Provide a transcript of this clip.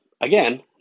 Again